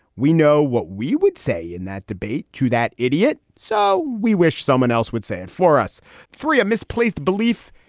we know what we would say in that debate to that idiot. so we wish someone else would say it for us free of misplaced belief.